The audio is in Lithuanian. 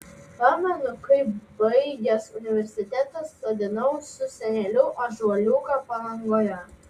pamenu kaip baigęs universitetą sodinau su seneliu ąžuoliuką palangoje